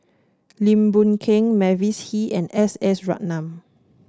Lim Boon Keng Mavis Hee and S S Ratnam